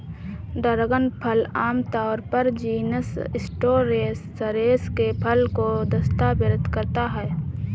dragon फल आमतौर पर जीनस स्टेनोसेरेस के फल को संदर्भित करता है